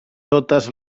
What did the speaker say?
totes